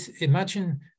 Imagine